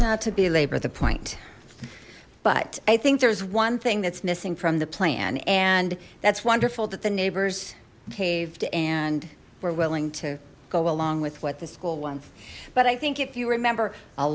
not to belabor the point but i think there's one thing that's missing from the plan and that's wonderful that the neighbors caved and we're willing to go along with what the school won but i think if you remember a